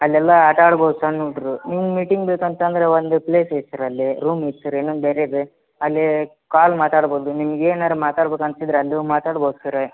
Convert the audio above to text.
ಅಲ್ಲೆಲ್ಲ ಆಟಾಡ್ಬೌದು ಸಣ್ಣ ಹುಡ್ರು ನಿಮ್ಗೆ ಮೀಟಿಂಗ್ ಬೇಕಂತಂದ್ರೆ ಒಂದು ಪ್ಲೇಸ್ ಅಯ್ತೆ ಅಲ್ಲೇ ರೂಮ್ ಇತ್ ರೀ ಇನ್ನೊಂದು ಬೇರೆಯದೇ ಅಲ್ಲೇ ಕಾಲ್ ಮಾತಾಡ್ಬೌದು ನಿಮ್ಗೆ ಏನಾರು ಮಾತಾಡ್ಬೇಕು ಅನ್ಸಿದ್ರೆ ಅಲ್ಲಿ ಹೋಗ್ ಮಾತಾಡ್ಬೌದು ಸರ್ರ